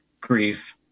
grief